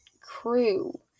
crew